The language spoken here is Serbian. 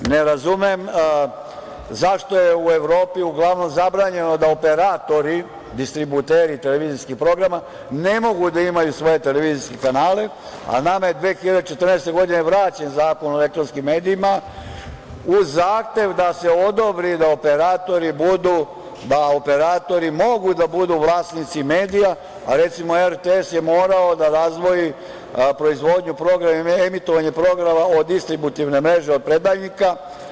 Ne razumem zašto je u Evropi uglavnom zabranjeno da operatori, distributeri televizijskog programa ne mogu da imaju svoje televizijske kanale, a nama je 2014. godine vraćen Zakon o elektronskim medijima uz zahtev da se odobri da operatori mogu da budu vlasnici medija, a recimo RTS je morao da razdvoji proizvodnju, emitovanje programa od distributivne mreže od predajnika?